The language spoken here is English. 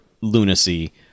lunacy